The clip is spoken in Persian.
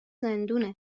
زندونه